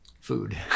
food